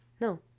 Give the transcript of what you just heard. No